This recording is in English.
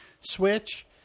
Switch